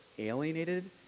Alienated